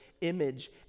image